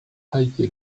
taillé